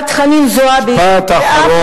את חנין זועבי, משפט אחרון.